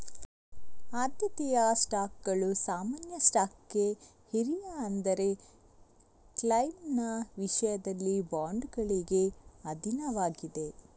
ಆದ್ಯತೆಯ ಸ್ಟಾಕ್ಗಳು ಸಾಮಾನ್ಯ ಸ್ಟಾಕ್ಗೆ ಹಿರಿಯ ಆದರೆ ಕ್ಲೈಮ್ನ ವಿಷಯದಲ್ಲಿ ಬಾಂಡುಗಳಿಗೆ ಅಧೀನವಾಗಿದೆ